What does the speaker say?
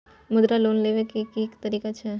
मुद्रा लोन लेबै के की तरीका छै?